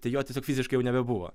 tai jo tiesiog fiziškai nebebuvo